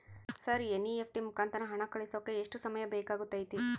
Sir NEFT ಮುಖಾಂತರ ಹಣ ಕಳಿಸೋಕೆ ಎಷ್ಟು ಸಮಯ ಬೇಕಾಗುತೈತಿ?